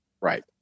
Right